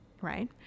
right